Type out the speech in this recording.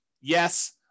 Yes